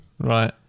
right